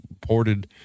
ported